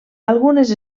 algunes